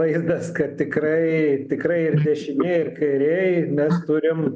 vaizdas kad tikrai tikrai ir dešinėj ir kairėj mes turim